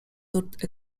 nurt